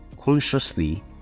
consciously